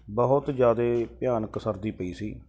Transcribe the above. ਬਹੁਤ ਜ਼ਿਆਦਾ ਭਿਆਨਕ ਸਰਦੀ ਪਈ ਸੀ